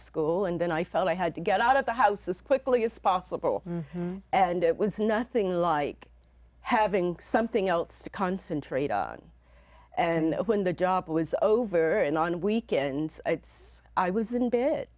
school and then i felt i had to get out of the house as quickly as possible and it was nothing like having something else to concentrate on and when the job was over and on weekends it's i was in bed